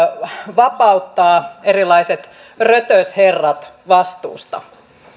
vapauttaa erilaiset rötösherrat vastuusta